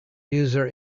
user